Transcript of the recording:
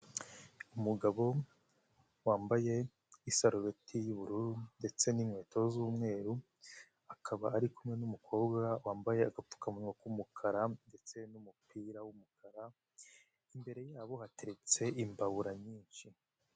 Umugabo wambaye isarubeti y'ubururu ndetse n'inkweto z'umweru, akaba ari kumwe n'umukobwa wambaye agapfukamuwa k'umukara ndetse n'umupira w'umukara, imbere yabo hatetse imbabura nyinshi.